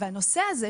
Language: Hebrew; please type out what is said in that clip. והנושא הזה,